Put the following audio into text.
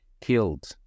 killed